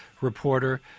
reporter